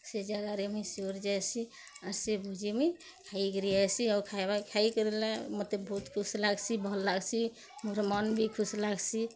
ସେ ଜାଗାରେ ମୁଇଁ ସିୟର୍ ଯାଏଁସି ଆର୍ ସେ ଭୁଜି ମୁଇଁ ଖାଇକିରି ଆଏଁସି ଆରୁ ଖାଏବା ଖାଇଦେଲେ ବହୁତ୍ ଖୁସ୍ ଲାଗସି ଭଲ୍ ଲାଗସି ମୋର୍ ମନ୍ ବି ଖୁସ୍ ଲାଗସି